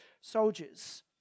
soldiers